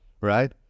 right